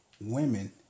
women